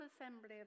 assembly